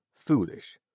foolish